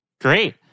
Great